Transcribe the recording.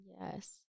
Yes